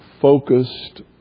focused